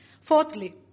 Fourthly